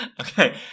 Okay